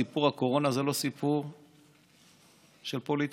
סיפור הקורונה זה לא סיפור של פוליטיקה,